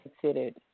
considered